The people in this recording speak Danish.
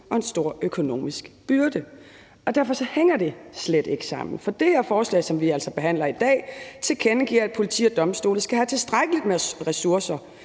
og økonomisk byrde. Så det hænger slet ikke sammen, for det her forslag, som vi altså behandler i dag, tilkendegiver, at politiet og domstolene skal have tilstrækkeligt med ressourcer,